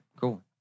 Cool